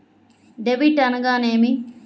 Debit అనగానేమి?